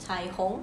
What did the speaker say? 彩虹